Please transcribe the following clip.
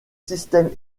systèmes